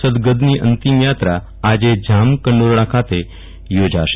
સદગતની અંતિમયાત્રા આજે જામકંડોરણા ખાતે યોજાશે